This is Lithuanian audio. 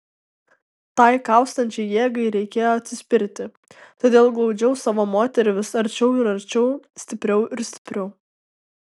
tai kaustančiai jėgai reikėjo atsispirti todėl glaudžiau savo moterį vis arčiau ir arčiau stipriau ir stipriau